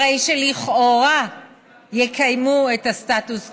הרי שלכאורה יקיימו את הסטטוס קוו,